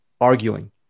arguing